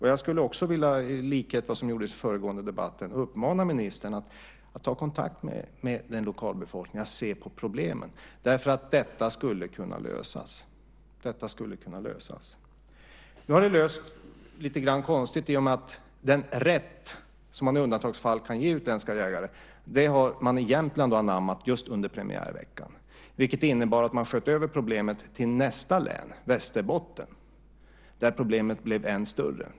I likhet med vad som gjordes i den föregående debatten skulle jag vilja uppmana ministern att ta kontakt med lokalbefolkningen för att se på problemet. Detta skulle kunna lösas. Nu har det blivit lite konstigt i och med att man i Jämtland har anammat den rätt som man i undantagsfall kan ge utländska jägare just under premiärveckan. Det innebar att man sköt över problemet till nästa län - Västerbotten. Där blev det ännu större.